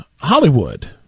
Hollywood